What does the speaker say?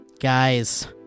Guys